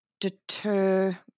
deter